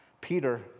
Peter